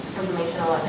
informational